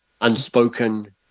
unspoken